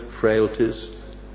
frailties